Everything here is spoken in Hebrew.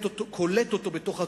קולטת אותו בתוך האטמוספירה,